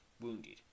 wounded